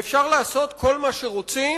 ואפשר לעשות כל מה שרוצים,